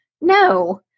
no